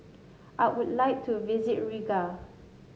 I would like to visit Riga